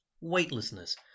weightlessness